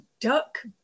duck